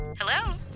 Hello